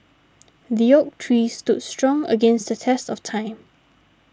the oak tree stood strong against the test of time